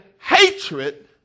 hatred